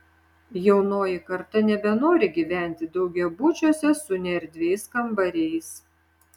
jaunoji karta nebenori gyventi daugiabučiuose su neerdviais kambariais